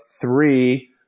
three –